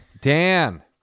Dan